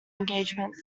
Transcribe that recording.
engagements